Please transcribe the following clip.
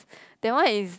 that one is